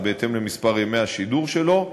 זה בהתאם למספר ימי השידור שלו,